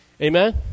amen